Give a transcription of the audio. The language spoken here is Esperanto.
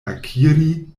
akiri